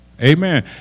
Amen